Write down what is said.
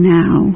now